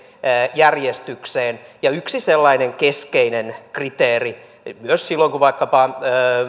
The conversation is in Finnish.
järjestykseen yksi sellainen keskeinen kriteeri myös silloin kun vaikkapa